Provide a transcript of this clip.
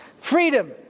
Freedom